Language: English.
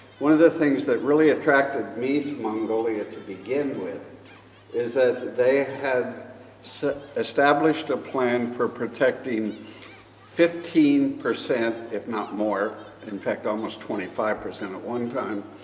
one of the things that really attracted me to mongolia to begin with is that they have so established a plan for protecting fifteen percent, if not more, in fact, almost twenty five percent at one time,